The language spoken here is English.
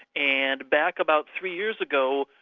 and back about three years ago,